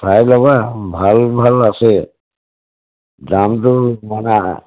চাই যাবা ভাল ভাল আছে দামটো মানে